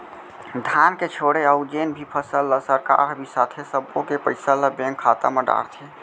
धान के छोड़े अउ जेन भी फसल ल सरकार ह बिसाथे सब्बो के पइसा ल बेंक खाता म डारथे